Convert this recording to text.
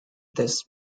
tests